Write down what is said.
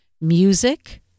music